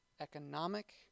economic